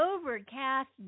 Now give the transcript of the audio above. overcast